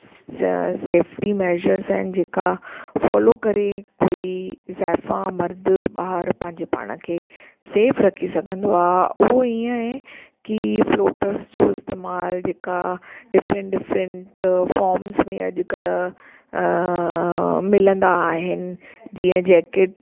safety measures आहिनि जेका follow करे ई कोई ज़ाइफा मर्दु ॿार पंहिंजे पाण खे सेफ रखी सघंदो आहे उहो हीअं आहे कि फ्लोटस जो इस्तेमालु जेका डिफरंट डिफरंट फॉम्स में अॼुकल्ह मिलंदा आहिनि जीअं जैकेट